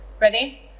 Ready